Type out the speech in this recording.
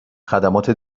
خدمات